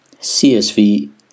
CSV